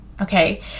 Okay